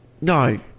no